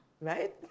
Right